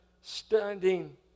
standing